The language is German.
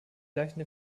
gleichen